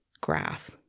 graph